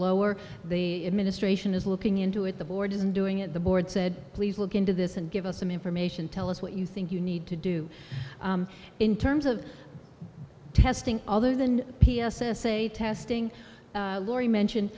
lower the administration is looking into it the board isn't doing it the board said please look into this and give us some information tell us what you think you need to do in terms of testing other than say testing lori mentioned